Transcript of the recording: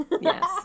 Yes